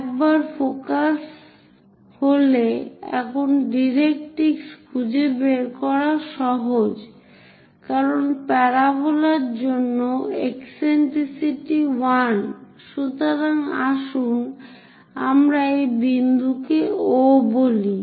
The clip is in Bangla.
একবার ফোকাস হলে এখন ডাইরেক্ট্রিক্স খুঁজে বের করা সহজ কারণ প্যারাবোলার জন্য ইসেন্ট্রিসিটি 1 সুতরাং আসুন আমরা এই বিন্দুকে O বলি